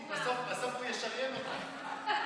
עידית, בסוף הוא ישריין אותך.